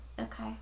Okay